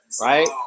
right